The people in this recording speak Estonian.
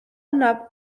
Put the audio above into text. annab